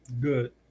good